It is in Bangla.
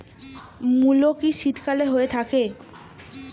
মূলো কি শীতকালে হয়ে থাকে?